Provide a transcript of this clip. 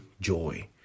joy